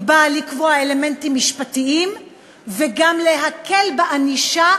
היא באה לקבוע אלמנטים משפטיים וגם להקל בענישה,